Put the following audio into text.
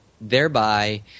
Thereby